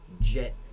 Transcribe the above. jet